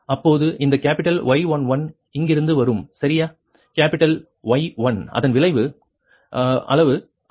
இப்போது இந்த capital Y11 இங்கிருந்து வரும் சரியா கேப்பிட்டல் Y 1 அதன் அளவு 53